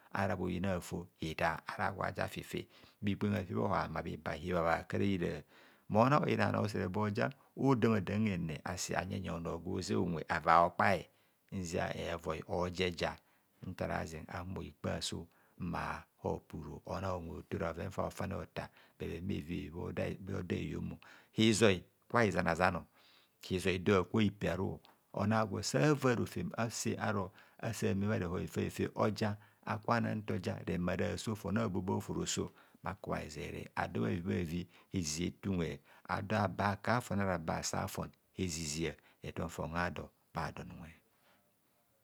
Ara bhunyina afor hitar ara gwo a'ja fi fe bhikpengha fi bhoha ma bhiba hibha bha ha kara bhira oyina bhanor usere boja hodamadam hene bor asi anye yia onor gwo ze unwe ava okpai nzia evoi oja eja ntar aze ahumo hikpa asu ntoro opa uru mona unwe ora bhoven fa'bhofane bhota bheven bhevi bhoda heyonmo hizoi kubho hizanazan, bhu zoi dor aka hipe aru ona agwo sava rofem ase aro asa ame bharehor efehefe oja akana ntoja fon abo bha hofo roso bhaku bha hezere ado bhavi ezizia efe unwe ado aba sa fon ara ado aba ka fon ezizia etom fon a dor bhadon unwe.